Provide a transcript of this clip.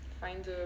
find